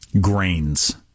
Grains